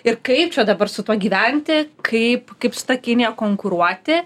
ir kaip čia dabar su tuo gyventi kaip kaip su ta kinija konkuruoti